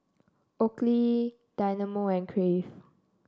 Oakley Dynamo and Crave